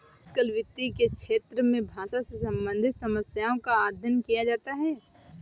आजकल वित्त के क्षेत्र में भाषा से सम्बन्धित समस्याओं का अध्ययन किया जाता है